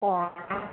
କ'ଣ